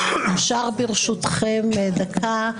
אפשר ברשותכם לדקה,